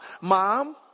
mom